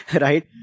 right